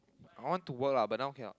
I want to work lah but now cannot